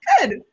good